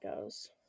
goes